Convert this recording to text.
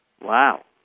Wow